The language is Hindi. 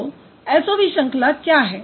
तो SOV श्रंखला क्या है